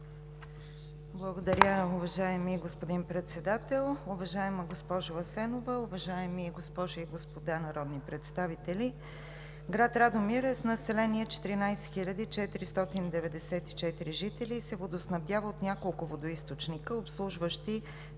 Благодаря, уважаеми господин Председател. Уважаема госпожо Асенова, уважаеми госпожи и господа народни представители! Град Радомир е с население 14 494 жители и се водоснабдява от няколко водоизточника, обслужващи